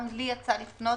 גם לי יצא לפנות,